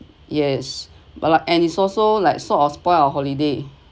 yes but like and it's also like sort of spoilt our holiday